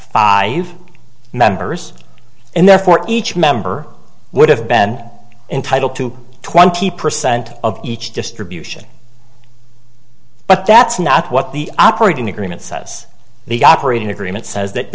five members and therefore each member would have been entitled to twenty percent of each distribution but that's not what the operating agreement says the operating agreement says that